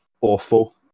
awful